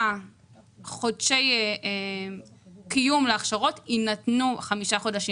חודשי קיום להכשרות יינתנו חמישה חודשים.